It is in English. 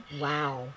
Wow